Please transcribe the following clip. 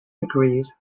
degrees